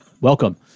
Welcome